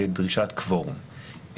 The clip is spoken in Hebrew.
כדרישת קוורום.